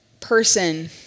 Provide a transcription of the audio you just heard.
person